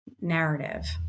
narrative